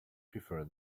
prefer